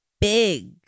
big